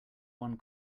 one